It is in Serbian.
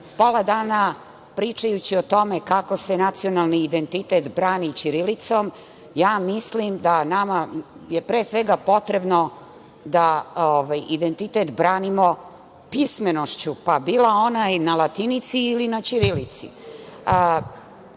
pola dana pričajući o tome kako se nacionalni identitet brani ćirilicom. Mislim da nam je pre svega potrebno da identitet branimo pismenošću bila ona i na latinici i ćirilici.